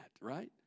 right